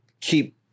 keep